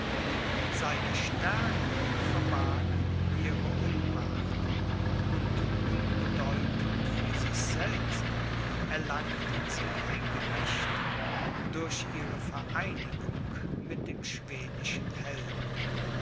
seine stärke verbarg ihre unmacht und unbedeutend für sich selbst erlangten sie ein gewicht durch ihre vereinigung mit dem schwedischen helden